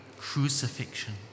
crucifixion